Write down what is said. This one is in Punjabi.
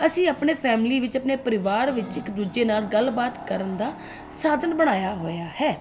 ਅਸੀਂ ਆਪਣੇ ਫੈਮਲੀ ਵਿੱਚ ਆਪਣੇ ਪਰਿਵਾਰ ਵਿੱਚ ਇੱਕ ਦੂਜੇ ਨਾਲ ਗੱਲ ਬਾਤ ਕਰਨ ਦਾ ਸਾਧਨ ਬਣਾਇਆ ਹੋਇਆ ਹੈ